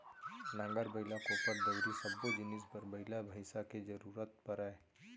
नांगर, बइला, कोपर, दउंरी सब्बो जिनिस बर बइला भईंसा के जरूरत परय